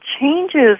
changes